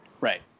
right